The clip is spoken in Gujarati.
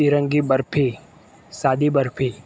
ત્રીરંગી બરફી સાદી બરફી